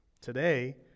Today